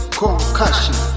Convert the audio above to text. concussion